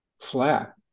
flat